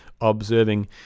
observing